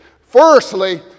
Firstly